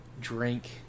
drink